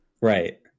Right